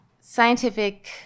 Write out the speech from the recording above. scientific